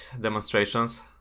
demonstrations